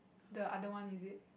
the other one is it